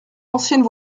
ancienne